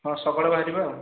ହଁ ସକାଳୁ ବାହାରିବା ଆଉ